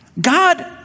God